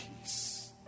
peace